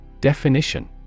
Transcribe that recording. Definition